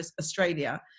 Australia